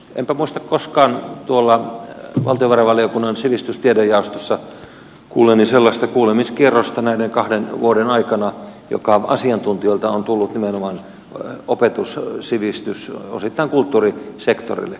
enpä muista koskaan tuolla valtiovarainvaliokunnan sivistys ja tiedejaostossa näiden kahden vuoden aikana kuulleeni sellaista kuulemiskierrosta joka asiantuntijoilta on tullut nimenomaan opetus sivistys ja osittain kulttuurisektorillekin